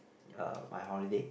uh my holiday